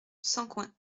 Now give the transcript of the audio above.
sancoins